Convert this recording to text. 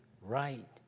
right